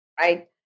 right